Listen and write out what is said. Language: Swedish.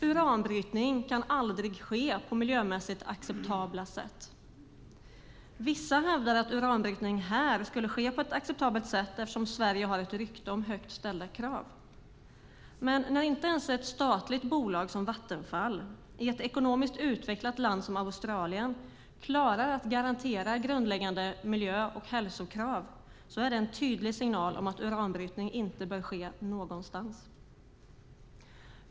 Uranbrytning kan aldrig ske på miljömässigt acceptabla sätt. Vissa hävdar att uranbrytning här skulle ske på ett acceptabelt sätt eftersom Sverige har ett rykte om att ha högt ställda krav. Men när inte ens ett statligt bolag som Vattenfall i ett ekonomiskt utvecklat land som Australien klarar att garantera grundläggande miljö och hälsokrav är det en tydlig signal om att uranbrytning inte bör ske någonstans.